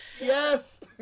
Yes